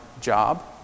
job